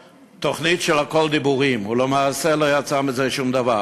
תוכניות של הכול דיבורים ולמעשה לא יצא מזה שום דבר.